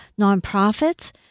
nonprofits